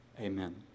amen